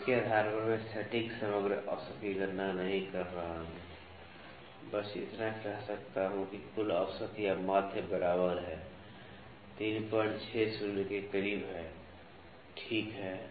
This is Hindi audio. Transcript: तो इसके आधार पर मैं सटीक समग्र औसत की गणना नहीं कर रहा हूं मैं बस इतना कह सकता हूं कि कुल औसत या माध्य बराबर है 360 के करीब है ठीक है